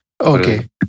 Okay